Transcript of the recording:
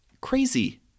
crazy